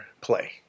play